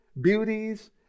beauties